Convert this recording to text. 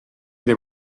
they